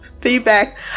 feedback